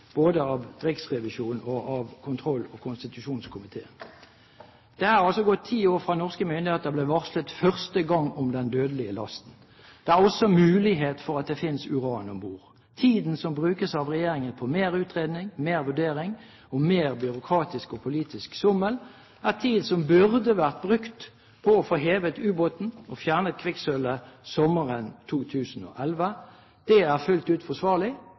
både av Riksrevisjonen og av kontroll- og konstitusjonskomiteen. Det er altså gått ti år fra norske myndigheter ble varslet første gang om den dødelige lasten. Det er også mulighet for at det finnes uran om bord. Tiden som brukes av regjeringen på mer utredning, mer vurdering og mer byråkratisk og politisk sommel, er tid som burde vært brukt på å få hevet ubåten og fjernet kvikksølvet sommeren 2011. Det er fullt ut forsvarlig